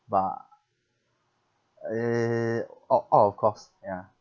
but uh out out of course ya